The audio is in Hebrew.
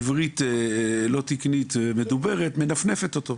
בעברית לא תקנית: "מנפנפת אותו".